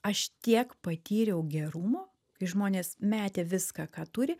aš tiek patyriau gerumo kai žmonės metė viską ką turi